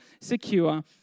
secure